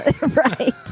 Right